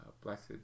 blessed